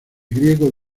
griego